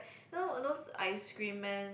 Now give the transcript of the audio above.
you know those ice cream man